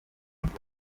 b’ejo